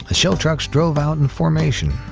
ah show trucks drove out in formation,